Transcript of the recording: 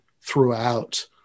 throughout